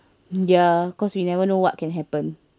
ya cause we never know what can happen